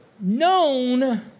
known